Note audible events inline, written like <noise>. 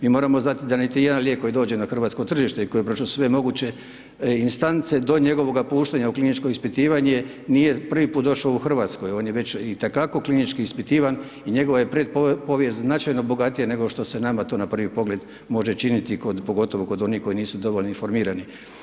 Mi moramo znati da niti jedan lijek koji dođe na hrvatsko tržište i koji ... <unintelligible> sve moguće instance do njegovoga puštanja u kliničko ispitivanje, nije prvi put došao u Hrvatsku, on je već itekako klinički ispitivan i njegova je pretpovijest značajno bogatija nego što se nama to na prvi pogled može činiti pogotovo kod onih koji nisu dovoljno informirani.